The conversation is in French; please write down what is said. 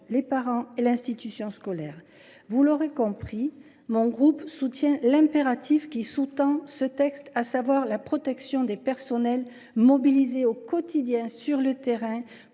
les parents et l’institution scolaire. Comme vous l’aurez compris, mon groupe soutient l’impératif qui sous tend ce texte, à savoir la protection des personnels mobilisés au quotidien sur le terrain